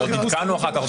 עוד עדכנו אחר כך.